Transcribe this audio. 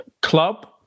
club